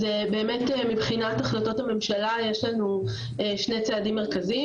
אז באמת מבחינת החלטות הממשלה יש לנו שני צעדים מרכזיים